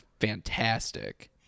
fantastic